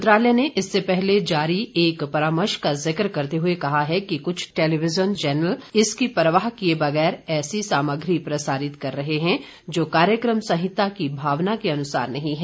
मंत्रालय ने इससे पहले जारी एक परामर्श का जिक्र करते हुए कहा है कि कुछ टेलिविजन चैनल इसकी परवाह किए बगैर ऐसी सामग्री प्रसारित कर रहे हैं जो कार्यक्रम संहिता की भावना के अनुसार नहीं है